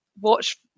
watch